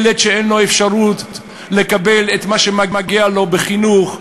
ילד שאין לו אפשרות לקבל את מה שמגיע לו בחינוך,